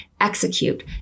Execute